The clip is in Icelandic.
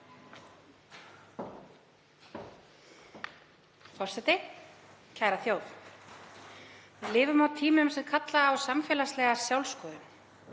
Forseti. Kæra þjóð. Við lifum á tímum sem kalla á samfélagslega sjálfsskoðun